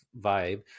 vibe